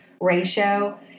ratio